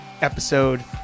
episode